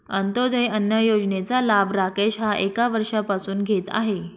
अंत्योदय अन्न योजनेचा लाभ राकेश हा एक वर्षापासून घेत आहे